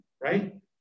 right